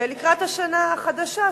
ולקראת השנה החדשה,